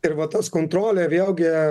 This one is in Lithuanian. ir vat tas kontrolė vėlgi